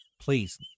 Please